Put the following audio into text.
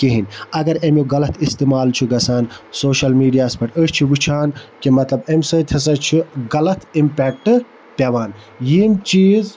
کِہیٖنۍ اَگَر امیُک غَلَط اِستعمال چھُ گَژھان سوشَل میٖڈیاہَس پیٹھ أسۍ چھِ وٕچھان کہِ مَطلَب امہِ سۭتۍ ہَسا چھُ غَلَط اِمپیکٹ پٮ۪وان یِم چیٖز